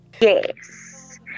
Yes